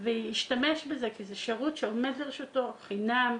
וישתמש בזה כי זה שירות שעומד לרשותו חינם,